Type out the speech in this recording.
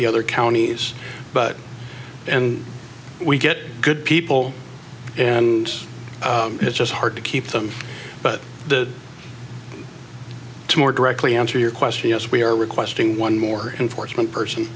the other counties but and we get good people and it's just hard to keep them but the more directly answer your question yes we are requesting one more enforcement person